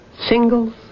Singles